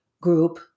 group